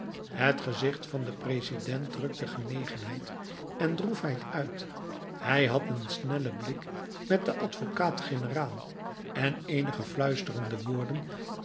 het gezicht van den president drukte genegenheid en droefheid uit hij had een snellen blik met den advocaat-generaal en eenige fluisterende woorden